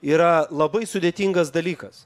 yra labai sudėtingas dalykas